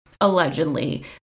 allegedly